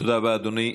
תודה רבה, אדוני.